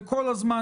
וכל הזמן,